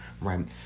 right